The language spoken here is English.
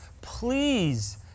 please